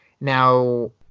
Now